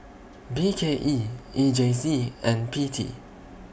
B K E E J C and P T